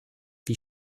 wie